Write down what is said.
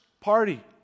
party